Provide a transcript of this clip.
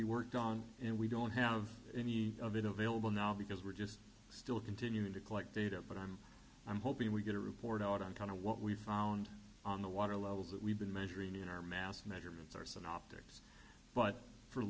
be worked on and we don't have any of it available now because we're just still continuing to collect data but i'm i'm hoping we get a report out on kind of what we found on the water levels that we've been measuring in our mass measurements are synoptics but for